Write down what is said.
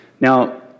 Now